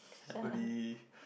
happily